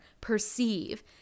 Perceive